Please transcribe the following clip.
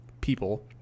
people